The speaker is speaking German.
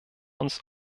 uns